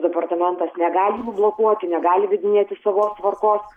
departamentas negali jų blokuoti negali įvedinėti savos tvarkos